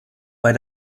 bei